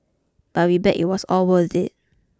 but we bet it was all worth it